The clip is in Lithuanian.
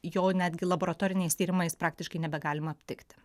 jo netgi laboratoriniais tyrimais praktiškai nebegalima aptikti